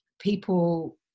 people